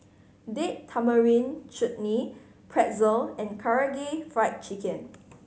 Date Tamarind Chutney Pretzel and Karaage Fried Chicken